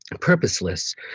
purposeless